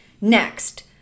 Next